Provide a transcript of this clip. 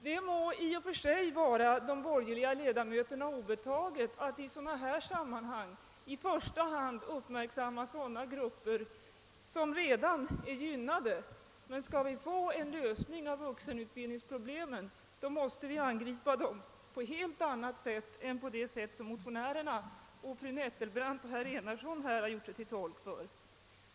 Det må i och för sig vara de borgerliga ledamöterna obetaget att i sådana här sammanhang i första hand uppmärksamma sådana grupper som redan är gynnade, men skall vi få en lösning av vuxenutbildningsproblemen måste vi angripa dem på ett helt annat sätt än motionärerna och fru Nettelbrandt och herr Enarsson här har gjort sig till tolk för.